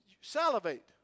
salivate